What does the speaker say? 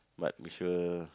but make sure